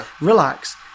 relax